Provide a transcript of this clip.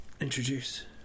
introduce